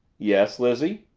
yes, lizzie?